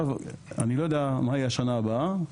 אני לא יודע מה יהיה בשנה הבאה,